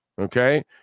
okay